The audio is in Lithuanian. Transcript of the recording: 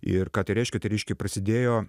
ir ką tai reiškė tai reiškė prasidėjo